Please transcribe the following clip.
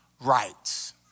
rights